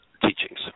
teachings